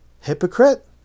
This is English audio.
Hypocrite